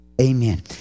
Amen